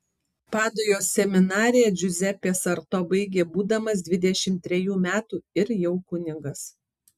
padujos seminariją džiuzepė sarto baigė būdamas dvidešimt trejų metų ir jau kunigas